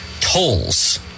tolls